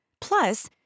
Plus